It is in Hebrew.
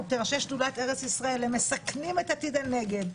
כאנשי שדולת ארץ ישראל מסכנים את עתיד הנגב,